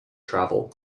travel